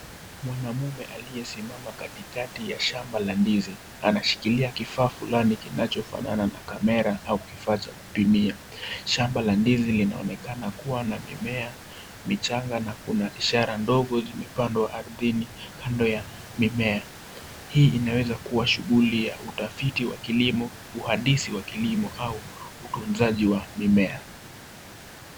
Mwanamume aliyesimama katikati ya shamba la ndizi anashikilia kifaa fulani kinachofanana na camera au kifaa cha kupimia shamba la ndizi linaonekana kuwa na mimea michanga na kuna ishara ndogo zimepandwa ardhini kando ya mimea, hii inaweza kuwa shughuli ya utafiti wa kilimo, uhandisi wa kilimo au utunzaji wa mimea.